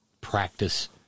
practice